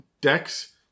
decks